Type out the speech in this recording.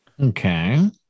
Okay